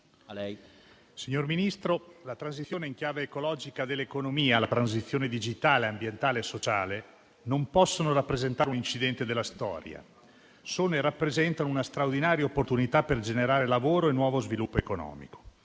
signor Ministro la transizione in chiave ecologica dell'economia, la transizione digitale, ambientale e sociale non possono rappresentare un incidente della storia. Sono e rappresentano una straordinaria opportunità per generare lavoro e nuovo sviluppo economico.